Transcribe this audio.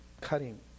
cutting